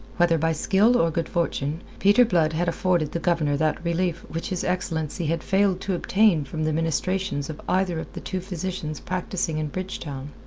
whether by skill or good fortune, peter blood had afforded the governor that relief which his excellency had failed to obtain from the ministrations of either of the two physicians practising in bridgetown.